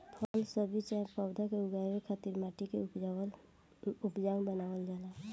फल सब्जी चाहे पौधा के उगावे खातिर माटी के उपजाऊ बनावल जाला